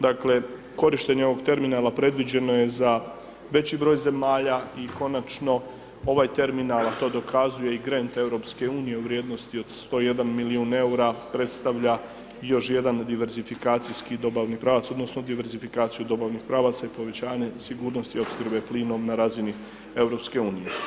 Dakle, korištenje ovog terminala predviđeno je za veći broj zemalja i konačno ovaj terminal, a to dokazuje i grend EU u vrijednosti od 101 milijun EUR-a predstavlja još jedan diverzifikacijski dobavi pravac, odnosno diverzifikaciju dobavnih pravaca i povećanje sigurnosti opskrbe plinom na razini EU.